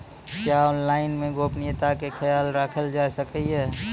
क्या ऑनलाइन मे गोपनियता के खयाल राखल जाय सकै ये?